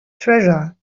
treasure